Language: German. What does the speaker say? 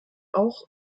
auch